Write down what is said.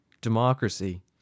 democracy